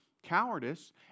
cowardice